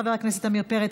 חבר הכנסת עמיר פרץ,